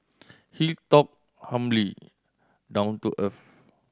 he talked humbly down to earth